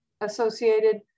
associated